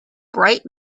bright